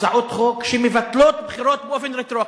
הצעות חוק שמבטלות בחירות באופן רטרואקטיבי.